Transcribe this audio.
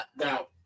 now